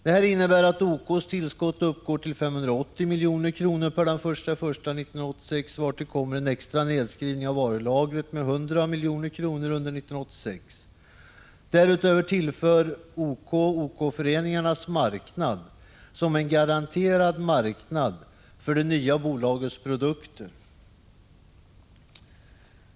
Detta innebär att OK:s tillskott uppgår till 580 milj.kr. per den 1 januari 1986, vartill kommer en extra nedskrivning av varulagret med 100 milj.kr. under 1986. Därutöver tillför OK OK-föreningarnas marknad som en garanterad marknad för det nya bolagets produkter.